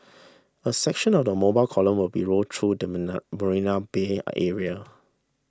a section of the mobile column will also roll through the Marina Bay area